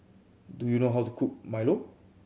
do you know how to cook milo